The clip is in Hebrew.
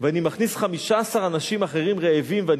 ואני מכניס 15 אנשים אחרים רעבים ואני